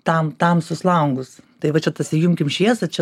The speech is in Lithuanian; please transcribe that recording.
tam tamsius langus tai va čia tas įjunkim šviesą čia